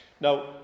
now